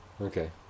Okay